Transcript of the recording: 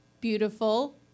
beautiful